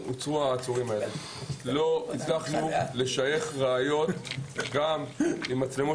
לא הצלחנו לשייך ראיות גם עם המצלמות